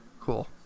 cool